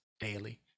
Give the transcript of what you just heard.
daily